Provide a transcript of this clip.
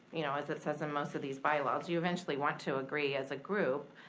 you know as it says in most of these bylaws, you eventually want to agree as a group.